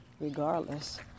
Regardless